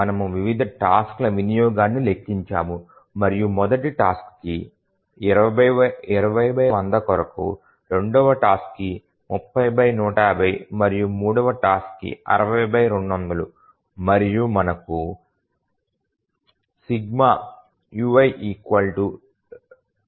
మనము వివిధ టాస్క్ ల వినియోగాన్ని లెక్కించాము మరియు మొదటి టాస్క్ కి20100 కొరకు రెండవ టాస్క్ కి 30150 మరియు మూడవ టాస్క్ కి 60200 మరియు మనకు ∑ ui 0